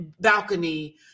balcony